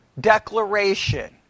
declaration